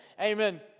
amen